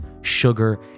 sugar